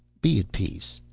be at peace,